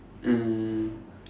um